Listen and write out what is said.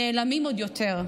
נעלם עוד יותר.